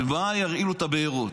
במה הם ירעילו את הבארות?